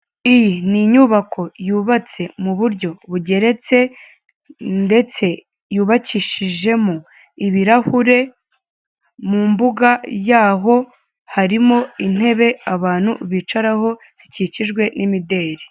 Iyi ni inyubako yubatse muburyo bugeretse, ndetse yubakishijemo ibirahure, mu mbuga yaho, harimo intebe abantu bicaraho, zikikijwe n'imideri.